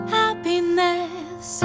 happiness